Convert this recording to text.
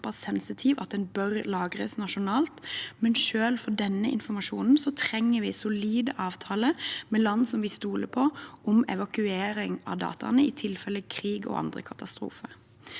av den bør lagres nasjonalt, men selv for denne informasjonen trenger vi solide avtaler med land vi stoler på om evakuering av dataene i tilfelle krig og andre katastrofer.